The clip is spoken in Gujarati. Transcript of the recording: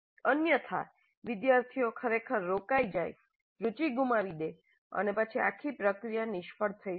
અન્યથા વિદ્યાર્થીઓ ખરેખર રોકાય જાય રુચિ ગુમાવી દે અને પછી આખી પ્રક્રિયા નિષ્ફળ થઈ શકે